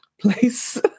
place